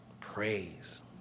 praise